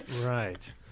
Right